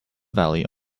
valley